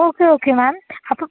okay okay ma'am